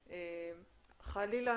חלילה,